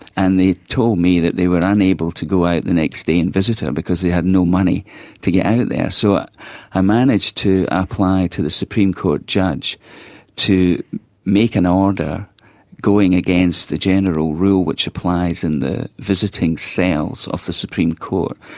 and they told me that they were unable to go out the next day and visit her because they had no money to get out there. so i managed to apply to the supreme court judge to make an order going against the general rule which applies in the visiting cells of the supreme court,